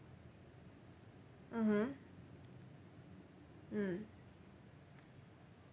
mmhmm mm